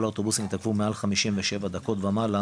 כל האוטובוסים התעכבו מעל 57 דקות ומעלה